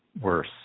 worse